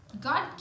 God